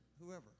whoever